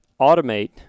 automate